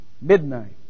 Midnight